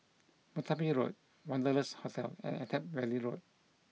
Merpati Road Wanderlust Hotel and Attap Valley Road